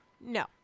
No